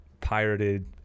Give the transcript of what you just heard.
pirated